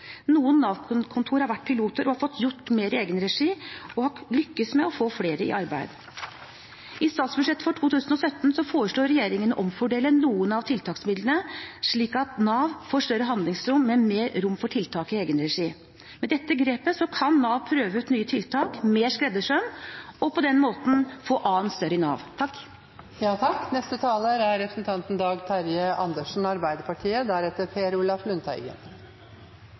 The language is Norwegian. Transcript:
Noen Nav-kontor har vært piloter, har fått gjort mer i egen regi og har lyktes med å få flere i arbeid. I statsbudsjettet for 2017 foreslår regjeringen å omfordele noen av tiltaksmidlene, slik at Nav får større handlingsrom med mer rom for tiltak i egen regi. Med dette grepet kan Nav prøve ut nye tiltak – mer skreddersøm – og på den måten få gjort a-en større i Nav.